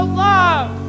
love